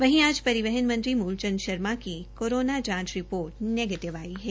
वहीं आज परिवहन मंत्री मूल चंद शर्मा की कोरोना जांच रिपोर्ट नेगीटिव आई है